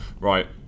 Right